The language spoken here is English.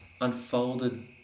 unfolded